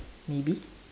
maybe